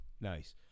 Nice